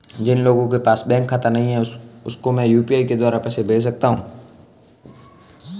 जिन लोगों के पास बैंक खाता नहीं है उसको मैं यू.पी.आई के द्वारा पैसे भेज सकता हूं?